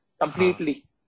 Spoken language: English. completely